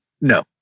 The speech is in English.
No